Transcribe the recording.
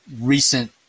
recent